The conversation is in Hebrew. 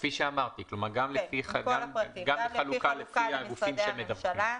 כפי שאמרתי, כלומר גם בחלוקה לפי הגופים שמדווחים.